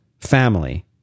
family